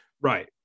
Right